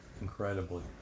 incredibly